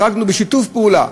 החרגנו בשיתוף פעולה,